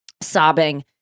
sobbing